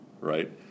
right